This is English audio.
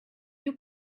you